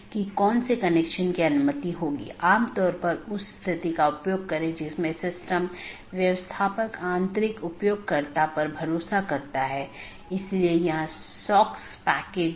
इसलिए पथ को गुणों के प्रकार और चीजों के प्रकार या किस डोमेन के माध्यम से रोका जा रहा है के रूप में परिभाषित किया गया है